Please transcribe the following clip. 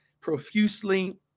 profusely